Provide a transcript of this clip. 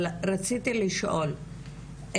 אבל רציתי לשאול,